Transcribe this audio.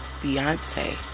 Beyonce